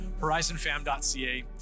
horizonfam.ca